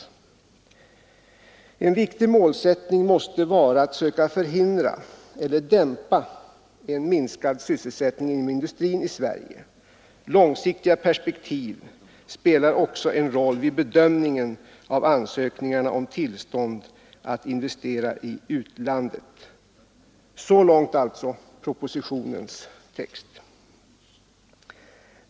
En viktig målsättning måste vara att söka förhindra eller dämpa en minskad sysselsättning inom industrin i Sverige. Långsiktiga perspektiv spelar också en roll vid bedömning av ansökningarna av tillstånd att investera i utlandet.” Så långt propositionen.